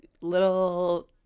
little